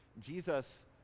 Jesus